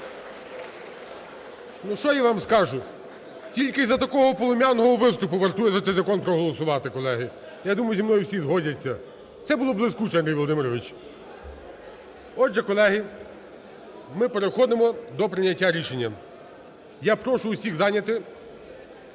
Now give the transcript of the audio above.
Ну що я вам скажу, тільки за такого полум'яного виступу вартує за цей закон проголосувати, колеги. Я думаю, зі мною всі згодяться. Це було блискуче, Андрій Володимирович. Отже, колеги, ми переходимо до прийняття рішення. Я прошу усіх зайняти